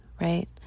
right